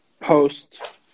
post